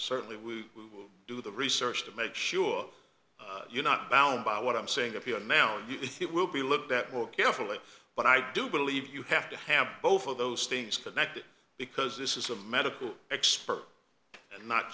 certainly we will do the research to make sure you're not bound by what i'm saying if you are now you it will be looked at more carefully but i do believe you have to have both of those things connected because this is a medical expert and not